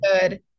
good